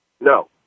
no